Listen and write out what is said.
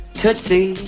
tootsie